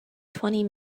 twenty